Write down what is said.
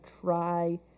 try